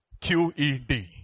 Q-E-D